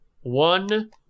One